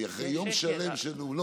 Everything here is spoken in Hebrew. אני אחרי יום שלם של, יש שקט.